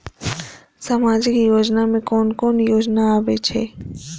सामाजिक योजना में कोन कोन योजना आबै छै?